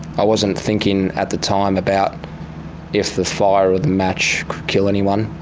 i wasn't thinking at the time about if the fire or the match could kill anyone,